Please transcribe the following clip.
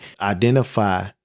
identify